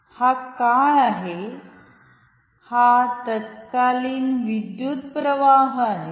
हा काळ आहे हा तत्कालीन विद्युत्प्रवाह आहे